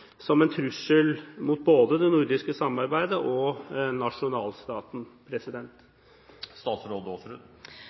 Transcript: som en trussel mot både det nordiske samarbeidet og nasjonalstaten?